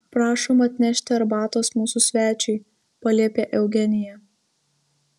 prašom atnešti arbatos mūsų svečiui paliepė eugenija